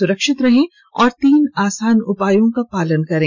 सुरक्षित रहें और तीन आसान उपायों का पालन करें